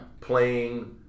playing